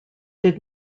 did